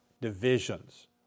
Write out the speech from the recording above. divisions